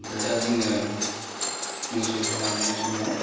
ओमफ्राय दा जोङो मोसौखौ लांनाय समाव